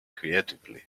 creatively